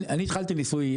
אני התחלתי ניסוי,